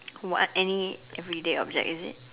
what any everyday object is it